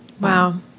Wow